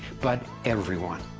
but everyone.